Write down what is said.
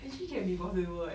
actually can be possible eh